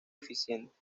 eficiente